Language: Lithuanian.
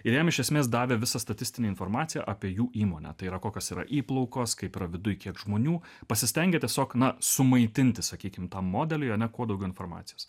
ir jam iš esmės davė visą statistinę informaciją apie jų įmonę tai yra kokios yra įplaukos kaip yra viduj kiek žmonių pasistengė tiesiog na sumaitinti sakykim tą modelį ane kuo daugiau informacijos